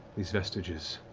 these vestiges